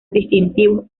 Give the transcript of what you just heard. distintivos